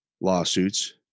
lawsuits